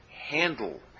handle